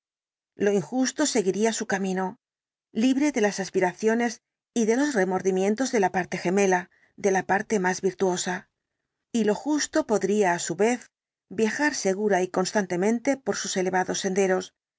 lo injusto seguiría su camino libre de las aspiraciones y de los remordimientos de la parte gemela de la parte más virtuosa y lo justo podría á su vez viajar segura y constantemente por sus elevados senderos